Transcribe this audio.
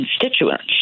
constituents